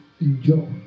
enjoy